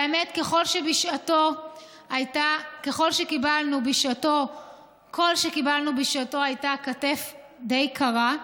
והאמת, כל מה שקיבלנו בשעתו הייתה כתף די קרה.